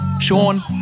Sean